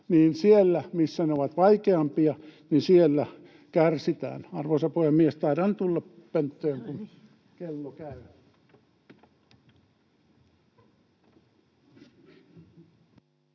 eli siellä, missä ne ovat vaikeampia, siellä kärsitään. Arvoisa puhemies! Taidan tulla pönttöön, kun kello käy.